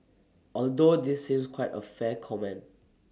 although this seems quite A fair comment